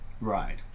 Right